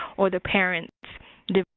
or the parent did.